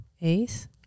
Ace